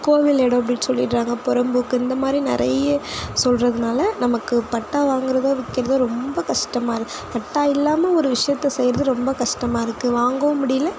கோவில் இடோம் அப்படின் சொல்லிடுறாங்க பொறம்போக்கு இந்த மாதிரி நிறைய சொல்லுறதுனால நமக்கு பட்டா வாங்கிறதோ விற்கிறதோ ரொம்ப கஷ்டமாக இரு பட்டா இல்லாமல் ஒரு விஷயத்தை செய்கிறது ரொம்ப கஷ்டமாக இருக்குது வாங்கவும் முடியல